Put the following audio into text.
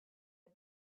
had